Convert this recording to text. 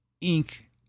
ink